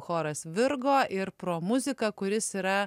choras virgo ir pro muzika kuris yra